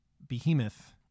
Behemoth